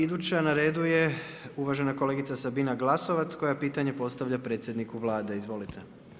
Iduća na redu je uvažena Sabina Glasovac koja pitanje postavlja predsjedniku Vlade, izvolite.